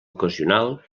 ocasional